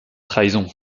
trahison